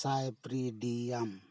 ᱥᱟᱭᱯᱨᱤᱰᱤᱭᱟᱢ